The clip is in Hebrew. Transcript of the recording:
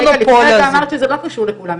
לפני רגע את אמרת שזה לא קשור לכולם,